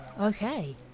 okay